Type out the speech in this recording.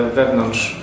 wewnątrz